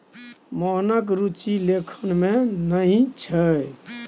मोहनक रुचि लेखन मे नहि छै